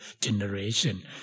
generation